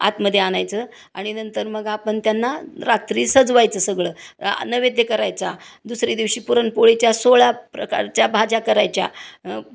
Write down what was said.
आतमध्ये आणायचं आणि नंतर मग आपण त्यांना रात्री सजवायचं सगळं नैवेद्य करायचा दुसऱ्या दिवशी पुरणपोळीच्या सोळा प्रकारच्या भाज्या करायच्या